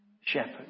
shepherd